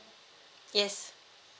yes